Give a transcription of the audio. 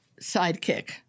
sidekick